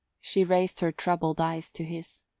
she raised her troubled eyes to his.